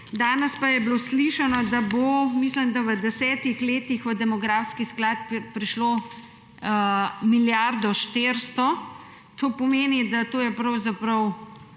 danes pa je bilo slišano, da bo, mislim da, v 10 letih v demografski sklad prišlo milijardo štiristo, to pomeni, da je to pravzaprav,